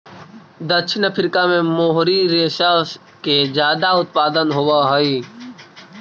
दक्षिण अफ्रीका में मोहरी रेशा के ज्यादा उत्पादन होवऽ हई